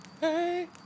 Hey